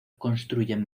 construyen